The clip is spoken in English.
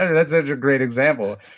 and that's a great example.